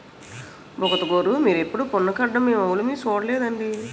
బుగతగోరూ మీరెప్పుడూ పన్ను కట్టడం మేమెవులుమూ సూడలేదండి